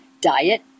Diet